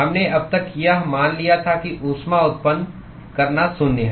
हमने अब तक यह मान लिया था कि ऊष्मा उत्पन्न करना शून्य है